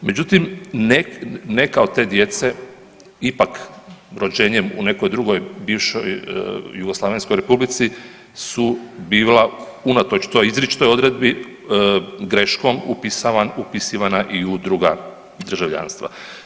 Međutim, neka od te djece ipak rođenjem u nekoj drugoj bivšoj jugoslavenskoj republici su bila unatoč toj izričitoj odredbi greškom upisivana i u druga državljanstva.